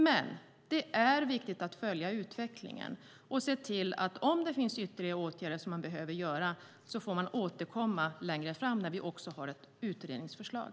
Men det är viktigt att följa utvecklingen och se till att om det finns ytterligare åtgärder som man behöver vidta får man återkomma längre fram, när vi också har ett utredningsförslag.